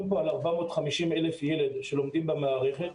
פה על 450,000 ילדים שלומדים במערכת.